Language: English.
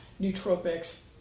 nootropics